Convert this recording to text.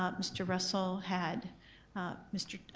um mr. russell had mr.